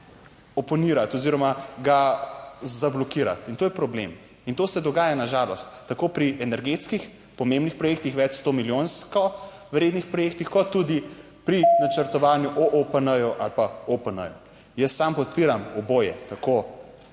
oponirati oziroma ga zablokirati. In to je problem in to se dogaja na žalost tako pri energetskih pomembnih projektih, več sto milijonsko vrednih projektih, kot tudi pri načrtovanju OOPN ali pa OPN. Jaz sam podpiram oboje, tako